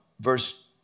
verse